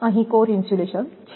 અહીં core insulation છે